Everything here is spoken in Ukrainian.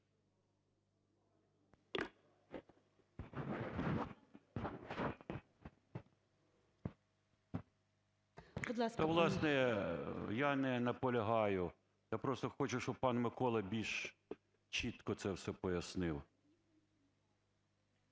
я не наполягаю. Я просто хочу, щоб пан Микола більш чітко це все пояснив.